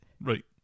Right